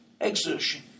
Exertion